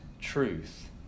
truth